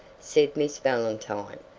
said miss valentine.